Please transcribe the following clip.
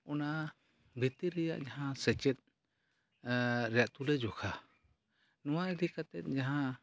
ᱚᱱᱟ ᱵᱷᱤᱛᱤᱨ ᱨᱮᱭᱟᱜ ᱡᱟᱦᱟᱸ ᱥᱮᱪᱮᱫ ᱨᱮᱭᱟᱜ ᱛᱩᱞᱟᱹ ᱡᱚᱠᱷᱟ ᱱᱚᱣᱟ ᱤᱫᱤ ᱠᱟᱛᱮᱫ ᱡᱟᱦᱟᱸ